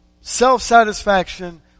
self-satisfaction